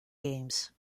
games